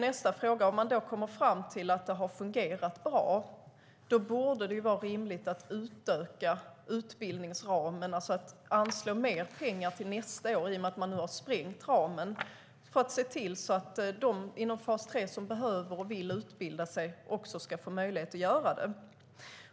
Nästa sak är: Om man kommer fram till att det har fungerat bra borde det vara rimligt att utöka utbildningsramarna och anslå mer pengar till nästa år, i och med att man nu har sprängt ramen. Det handlar om att se till att de inom fas 3 som behöver och vill utbilda sig också ska få möjlighet att göra det.